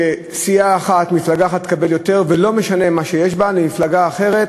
שסיעה אחת, מפלגה אחת,